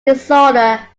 disorder